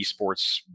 esports